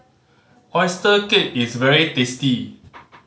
oyster cake is very tasty